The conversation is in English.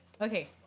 Okay